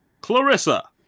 Clarissa